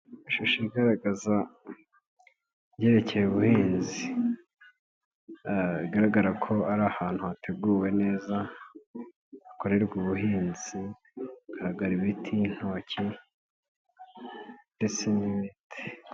Ishusho igaragaza ibyerekeye ubuhinzi, hagaragara ko ari ahantu hateguwe neza hakorerwa ubuhinzi, haragaragara ibiti, intoki ndetse n'ibiti.